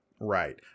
right